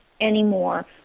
anymore